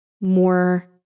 more